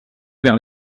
vers